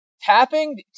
tapping